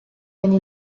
any